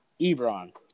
Ebron